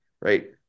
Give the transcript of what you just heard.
Right